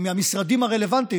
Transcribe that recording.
מהמשרדים הרלוונטיים,